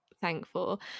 thankful